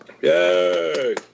Yay